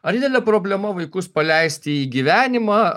ar didelė problema vaikus paleisti į gyvenimą